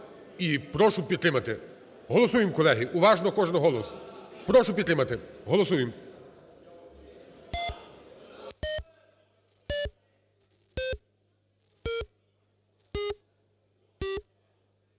прошу підтримати. Голосуємо, колеги, уважно кожен голос. Прошу підтримати. Голосуємо.